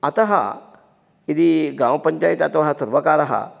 अतः यदि गामपञ्चायत् अथवाः सर्वकारः